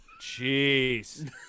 Jeez